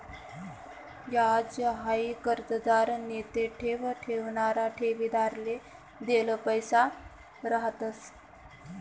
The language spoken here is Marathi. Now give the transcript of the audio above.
याज हाई कर्जदार नैते ठेव ठेवणारा ठेवीदारले देल पैसा रहातंस